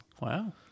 Wow